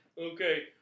Okay